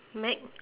meg